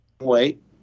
wait